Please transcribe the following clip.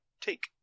Take